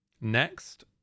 Next